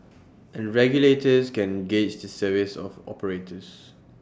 and regulators can gauge the service of operators